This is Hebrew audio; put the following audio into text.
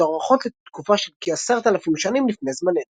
מתוארכות לתקופה של כ-10,000 שנים לפני זמננו.